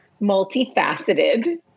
multifaceted